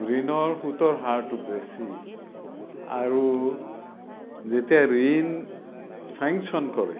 ঋণৰ সূতৰ হাৰটো বেছি আৰু যেতিয়া ঋণ ছেংশ্যন কৰে